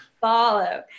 follow